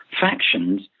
factions